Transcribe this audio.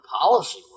policy